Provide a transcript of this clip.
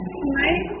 tonight